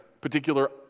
particular